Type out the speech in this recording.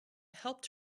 helped